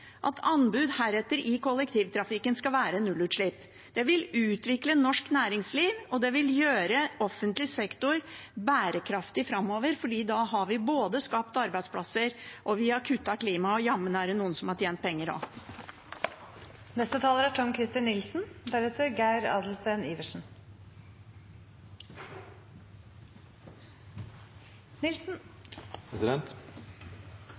at anbud i kollektivtrafikken heretter skal gjelde nullutslipp. Det vil utvikle norsk næringsliv, og det vil gjøre offentlig sektor bærekraftig framover, for da har vi både skapt arbeidsplasser og kuttet i til klimagassutslipp. Og jammen er det noen som har tjent penger også. Inndelingen i komiteene og Stortingets arbeidsdeling er